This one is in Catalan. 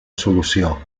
solució